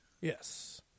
Yes